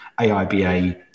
AIBA